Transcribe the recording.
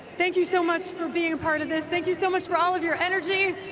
thank you so much for being a part of this. thank you so much for all of your energy.